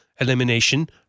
elimination